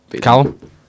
Callum